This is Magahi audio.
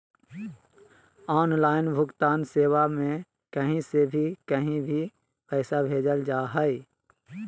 ऑनलाइन भुगतान सेवा में कही से भी कही भी पैसा भेजल जा हइ